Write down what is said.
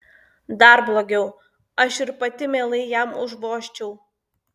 dar blogiau aš ir pati mielai jam užvožčiau